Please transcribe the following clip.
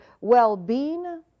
well-being